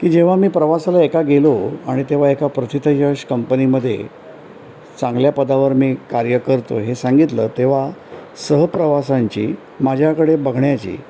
की जेव्हा मी प्रवासाला एका गेलो आणि तेव्हा एका प्रथितयश कंपनीमधे चांगल्या पदावर मी कार्य करतो हे सांगितलं तेव्हा सहप्रवासांची माझ्याकडे बघण्याची